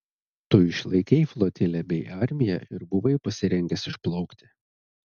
tu išlaikei flotilę bei armiją ir buvai pasirengęs išplaukti